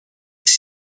des